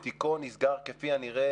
משבר הדיור והנושא של תכנון דיור הוא